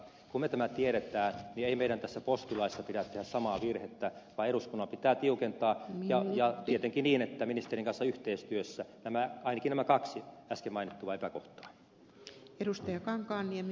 kun me tämän tiedämme ei meidän tässä postilaissa pidä tehdä samaa virhettä vaan eduskunnan pitää tiukentaa ja tietenkin niin että ministerin kanssa yhteistyössä ainakin nämä kaksi mainittua epäkohtaa